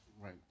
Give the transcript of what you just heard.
Right